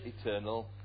eternal